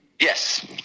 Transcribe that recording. Yes